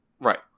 Right